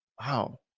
Wow